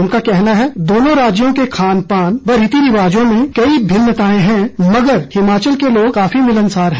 उनका कहना है दोनों राज्यों के खान पान व रीति रिवाजों में कई भिन्नताएं हैं मगर हिमाचल के लोग काफी मिलनसार है